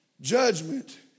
Judgment